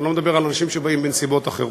אני לא מדבר על אנשים שבאים בנסיבות אחרות.